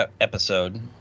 episode